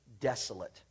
desolate